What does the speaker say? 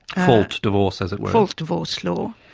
fault divorce, as it were? fault divorce law,